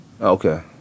Okay